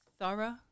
thorough